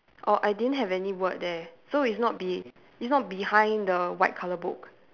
orh I didn't have any word there so it's not be it's not behind the white colour book